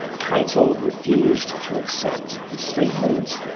keitel refused to accept the statement,